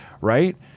right